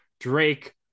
Drake